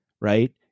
right